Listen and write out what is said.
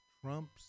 Trump's